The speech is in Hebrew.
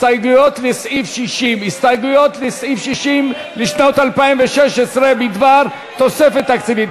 הסתייגויות לסעיף 60 לשנת 2016 בדבר תוספת תקציבית.